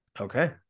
Okay